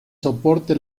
soporte